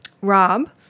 Rob